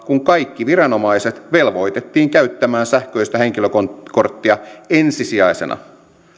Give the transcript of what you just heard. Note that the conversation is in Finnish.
kun kaikki viranomaiset velvoitettiin käyttämään sähköistä henkilökorttia ensisijaisena